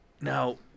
Now